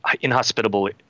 inhospitable